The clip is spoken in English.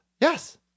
Yes